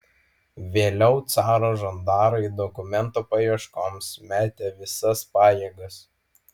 vėliau caro žandarai dokumento paieškoms metė visas pajėgas